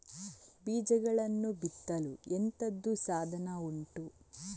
ಬೀಜಗಳನ್ನು ಬಿತ್ತಲು ಎಂತದು ಸಾಧನ ಉಂಟು?